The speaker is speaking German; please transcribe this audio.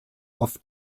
auf